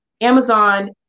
Amazon